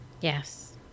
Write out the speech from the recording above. Yes